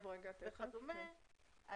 וכדומה,